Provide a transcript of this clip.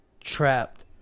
trapped